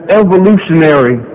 evolutionary